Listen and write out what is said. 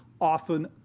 often